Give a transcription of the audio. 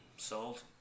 sold